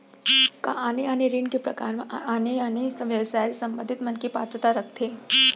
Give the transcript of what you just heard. का आने आने ऋण के प्रकार म आने आने व्यवसाय से संबंधित मनखे पात्रता रखथे?